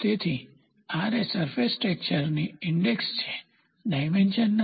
તેથી આ Ra surface texture ની ઇન્ડેક્ષ છે ડાયમેન્શન નથી